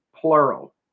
plural